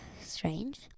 strange